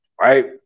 Right